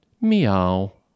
Meow